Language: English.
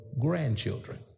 grandchildren